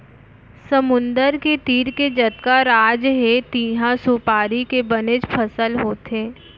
समुद्दर के तीर के जतका राज हे तिहॉं सुपारी के बनेच फसल होथे